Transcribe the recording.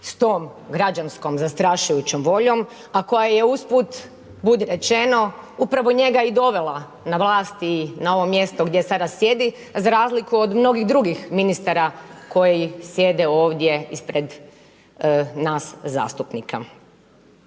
s tom građanskom zastrašujućom voljom, a koja je usput budi rečeno upravo njega i dovela na vlast i na ovo mjesto gdje sada sjedi, a za razliku od mnogih drugih ministara koji sjede ovdje ispred nas zastupnika.